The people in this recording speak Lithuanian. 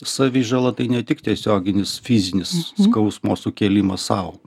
savižala tai ne tik tiesioginis fizinis skausmo sukėlimo sau